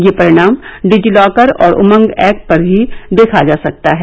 यह परिणाम डिजीलॉकर और उमग ऐप पर भी देखा जा सकता है